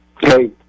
Hey